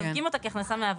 מסווגים אותה כהכנסה מעבודה.